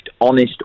honest